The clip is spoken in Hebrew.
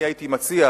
אני הייתי מציע,